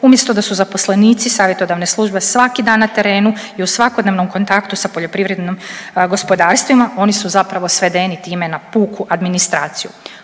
umjesto da su zaposlenici savjetodavne službe svaki dan na terenu i u svakodnevnom kontaktu sa poljoprivrednim gospodarstvima, oni su zapravo svedeni time na puku administraciju.